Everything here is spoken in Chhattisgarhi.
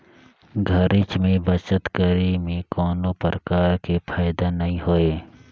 घरेच में बचत करे में कोनो परकार के फायदा नइ होय